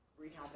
rehab